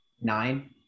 nine